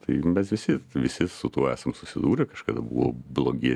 tai mes visi visi su tuo esam susidūrę kažkada buvo blogi